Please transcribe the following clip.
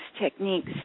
techniques